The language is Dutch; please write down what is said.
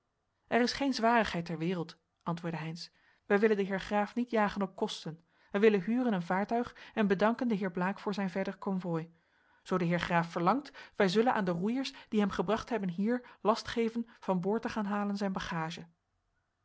er is geen zwarigheid ter wereld antwoordde heynsz wij willen den heer graaf niet jagen op kosten wij willen huren een vaartuig en bedanken den heer blaek voor zijn verder konvooi zoo de heer graaf verlangt wij zullen aan de roeiers die hem gebracht hebben hier last geven van boord te gaan halen zijn bagage